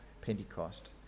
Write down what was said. Pentecost